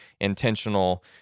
intentional